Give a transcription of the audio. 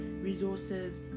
resources